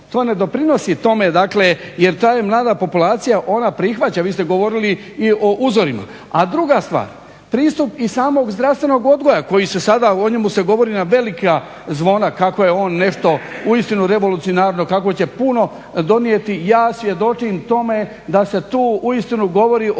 to ne doprinosi tome jer ta je mlada populacija ona prihvaća. Vi ste govorili i o uzorima. A druga stvar pristup i samog zdravstvenog odgoja koji se sada, o njemu se govori na velika zvona kako je on nešto uistinu revolucionarno, kako će puno donijeti ja svjedočim tome da se tu uistinu govori o